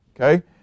okay